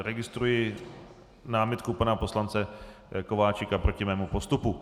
Registruji námitku pana poslance Kováčika proti mému postupu.